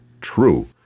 true